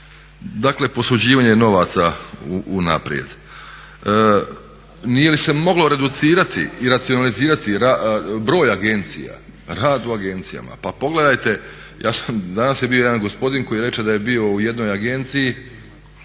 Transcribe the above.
Dakle, posuđivanje novaca unaprijed. Nije li se moglo reducirati i racionalizirati broj agencija, rad u agencijama? Pa pogledajte, danas je bio jedan gospodin koji reče da je bio u jednoj agenciji